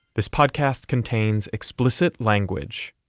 this podcast contains explicit language